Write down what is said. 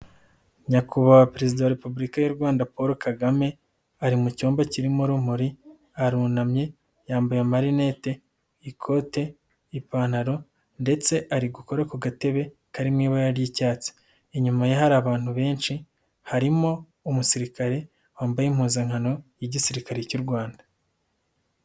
Nyakubahwa perezida wa repubulika y'u Rwanda Paul Kagame ari mu cyumba kirimo urumuri arunamye, yambaye amarinete ikote n'ipantaro, ndetse ari gukora ku gatebe kari mu ibara ry'icyatsi. Inyuma ye hari abantu benshi harimo umusirikare wambaye impuzankano y'igisirikare cy'u Rwanda.